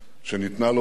שניתנה לו במתנה.